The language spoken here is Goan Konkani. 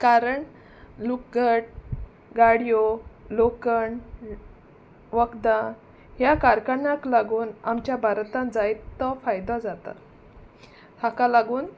कारण लुकट गाडयो लोकण वखदां ह्या कारखन्याक लागून आमच्या भारतांत जायत तो फायदो जाता हाका लागून